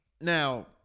now